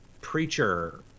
preacher